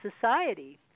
society